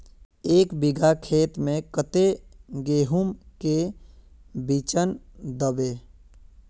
एक बिगहा खेत में कते गेहूम के बिचन दबे?